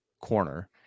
corner